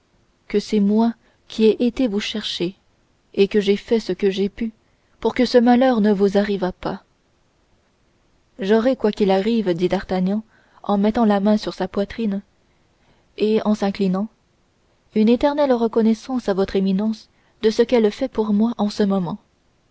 que c'est moi qui ai été vous chercher et que j'ai fait ce que j'ai pu pour que ce malheur ne vous arrivât pas j'aurai quoi qu'il arrive dit d'artagnan en mettant la main sur sa poitrine et en s'inclinant une éternelle reconnaissance à votre éminence de ce qu'elle fait pour moi en ce moment